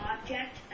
object